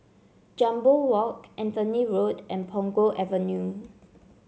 Jambol Walk Anthony Road and Punggol Avenue